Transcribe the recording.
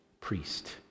priest